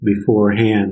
beforehand